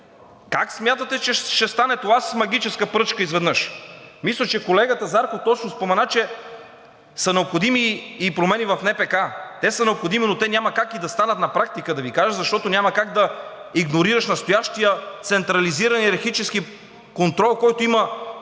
Как смятате, че ще стане това – с магическа пръчка изведнъж? Мисля, че колегата Зарков точно спомена, че са необходими и промени в НПК. Те са необходими, но те няма как и да станат на практика, да Ви кажа, защото няма как да игнорираш настоящия централизиран йерархически контрол, който има